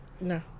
No